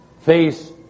face